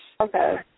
Okay